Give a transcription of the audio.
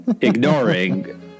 ignoring